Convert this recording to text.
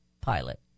pilot